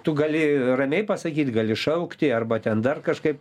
tu gali ramiai pasakyt gali šaukti arba ten dar kažkaip